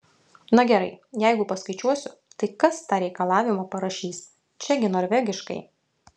na gerai jeigu paskaičiuosiu tai kas tą reikalavimą parašys čia gi norvegiškai